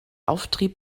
auftrieb